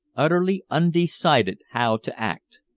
utterly undecided how to act.